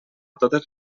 totes